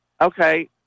okay